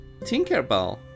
Tinkerbell